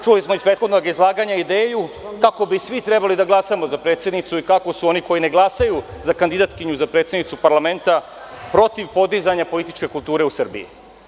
Čuli smo iz prethodnog izlaganja ideju kako bi svi trebali da glasamo za predsednicu i kako su oni koji ne glasaju za kandidatkinju za predsednicu parlamenta protiv podizanja političke kulture u Srbiji.